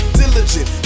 diligent